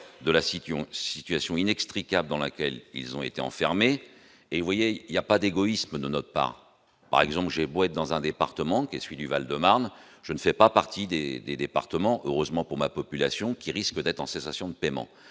situation inextricable dans laquelle ils ont été enfermés et voyez, il n'y a pas d'égoïsme note pas, par exemple, j'ai beau être dans un département qui est celui du Val-de-Marne je ne fais pas partie des des départements heureusement pour ma population qui risque d'être en cessation de paiement,